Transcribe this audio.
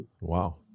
Wow